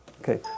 Okay